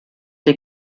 die